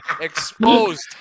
Exposed